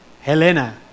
Helena